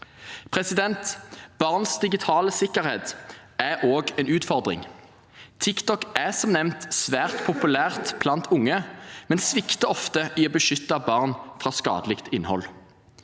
holdninger. Barns digitale sikkerhet er også en utfordring. TikTok er som nevnt svært populært blant unge, men svikter ofte i å beskytte barn mot skadelig innhold.